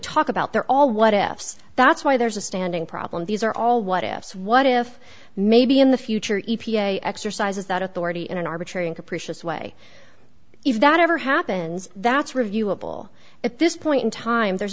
talk about they're all what ifs that's why there's a standing problem these are all what ifs what if maybe in the future e p a exercises that authority in an arbitrary and capricious way if that ever happens that's reviewable at this point in time there's